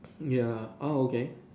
ya ah okay